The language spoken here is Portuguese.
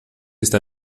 está